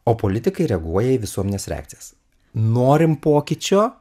o politikai reaguoja į visuomenės reakcijas norim pokyčio